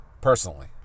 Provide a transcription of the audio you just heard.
personally